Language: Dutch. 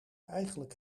eigenlijk